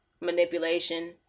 manipulation